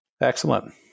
Excellent